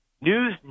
News